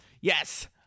yes